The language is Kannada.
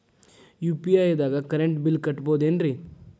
ಯು.ಪಿ.ಐ ದಾಗ ಕರೆಂಟ್ ಬಿಲ್ ಕಟ್ಟಬಹುದೇನ್ರಿ?